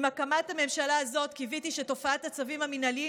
עם הקמת הממשלה הזאת קיוויתי שתופעת הצווים המינהליים